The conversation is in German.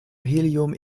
helium